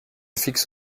fixe